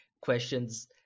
questions